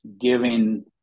giving